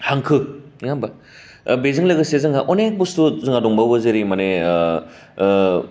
हांखो नोङा होम्बा बेजों लोगोसे जोंहा अनेक बुस्टु जोंहा दंबावो जेरै माने